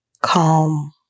Calm